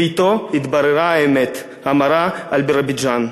ואתו התבררה האמת המרה על בירוביג'ן: